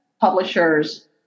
publishers